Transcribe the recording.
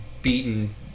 Beaten